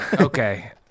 Okay